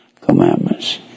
commandments